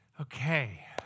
Okay